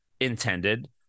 intended